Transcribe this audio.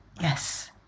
yes